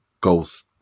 goals